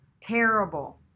Terrible